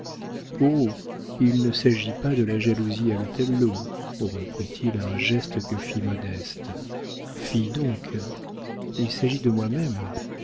il ne s'agit pas de la jalousie à l'othello reprit-il à un geste que fit modeste fi donc il s'agit de moi-même